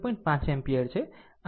5 ampere છે